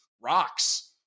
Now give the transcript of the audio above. rocks